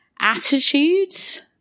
attitudes